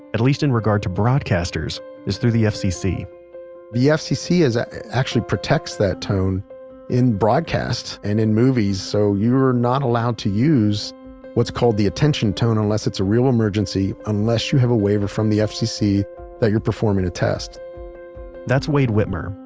at least in regard to broadcasters is through the fcc the yeah fcc ah actually protects that tone in broadcast and in movies, so you're not allowed to use what's called the attention tone unless it's a real emergency, unless you have a waiver from the fcc that you're performing a test that's wade witmer,